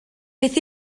beth